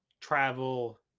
travel